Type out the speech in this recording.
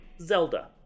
Zelda